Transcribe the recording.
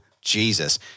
Jesus